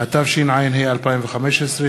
עברה בקריאה ראשונה,